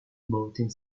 boating